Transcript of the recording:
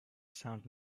sounds